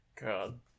God